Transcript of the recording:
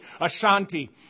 Ashanti